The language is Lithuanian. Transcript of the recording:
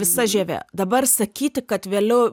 visa žieve dabar sakyti kad vėliau